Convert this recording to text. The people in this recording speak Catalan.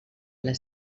les